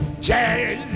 jazz